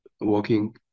walking